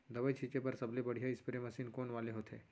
दवई छिंचे बर सबले बढ़िया स्प्रे मशीन कोन वाले होथे?